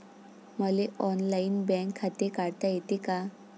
मले online bank खाते काढता येते का?